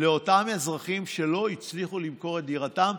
לאותם אזרחים שלא הצליחו למכור את דירתם.